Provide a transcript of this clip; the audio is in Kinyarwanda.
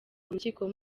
urukiko